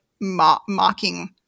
mocking